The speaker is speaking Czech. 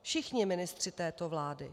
Všichni ministři této vlády.